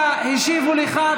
נאמת, השיבו לך.